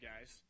guys